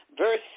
Verse